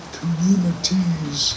communities